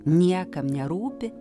niekam nerūpi